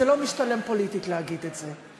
זה לא משתלם פוליטית להגיד את זה.